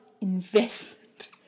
investment